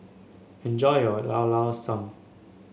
enjoy your Llao Llao Sanum